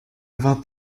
vingt